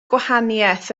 gwahaniaeth